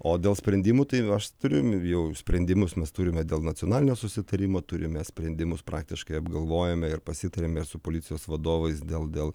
o dėl sprendimų tai aš turiu jum jau sprendimus mes turime dėl nacionalinio susitarimo turime sprendimus praktiškai apgalvojome ir pasitarėm ir su policijos vadovais dėl dėl